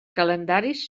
calendaris